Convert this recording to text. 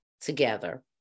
together